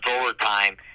overtime